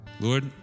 Lord